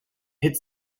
hit